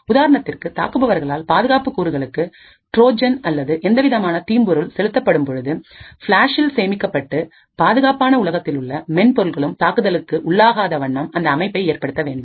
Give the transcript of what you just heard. உதாரணத்திற்குதாக்குபவர்களால் பாதுகாப்பு கூறுகளுக்கு ட்ரோஜன் அல்லது எந்தவிதமான தீம்பொருள் செலுத்தப்படும் பொழுது ஃபிளாஸில் சேமிக்கப்பட்டு பாதுகாப்பான உலகத்திலுள்ள மென்பொருளும் தாக்குதலுக்கு உள்ளாகாவண்ணம் அந்த அமைப்பை ஏற்படுத்த வேண்டும்